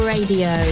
Radio